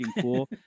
cool